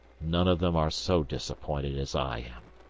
none of them are so disappointed as i am!